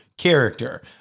character